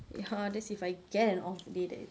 ya that's if I can off day that